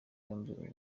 yombi